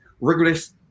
rigorous